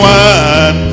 one